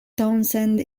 townsend